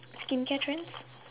skincare trend